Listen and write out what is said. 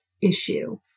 issue